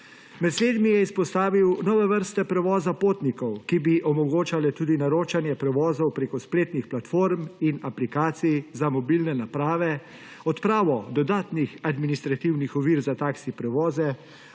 Med slednjimi je izpostavil nove vrste prevoza potnikov, ki bi omogočale tudi naročanje prevozov preko spletnih platform in aplikacij za mobilne naprave, odpravo dodatnih administrativnih ovir za taksi prevoze,